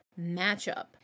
matchup